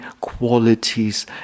qualities